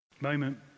Moment